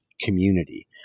community